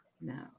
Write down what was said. No